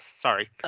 Sorry